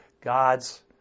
God's